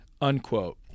unquote